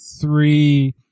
three